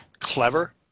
clever